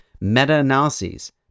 meta-analyses